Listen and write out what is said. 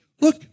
look